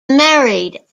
married